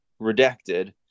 Redacted